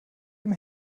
dem